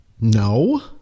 No